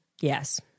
yes